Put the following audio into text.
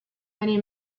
many